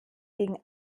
gegen